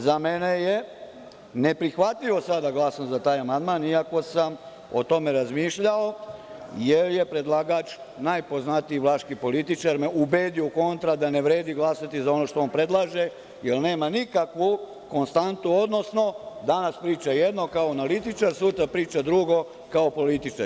Za mene je neprihvatljivo sada da glasam za taj amandman, iako sam o tome razmišljao, jer je predlagač najpoznatiji vlaški političar me ubedio u kontra da ne vredi glasati za ono što je on predlaže, jer nema nikakvu konstantu, odnosno danas priča jedno kao analitičar, sutra priča drugo kao političar.